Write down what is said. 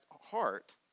heart